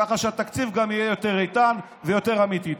כך שהתקציב יהיה יותר איתן ויותר אמיתי.